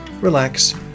relax